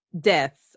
deaths